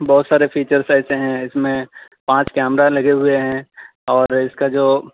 بہت سارے فیچرس ایسے ہیں اس میں پانچ کیمرہ لگے ہوئے ہیں اور اس کا جو